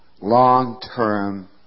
long-term